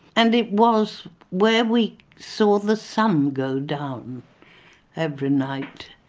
and it was where we saw the sun go down every night